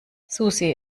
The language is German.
susi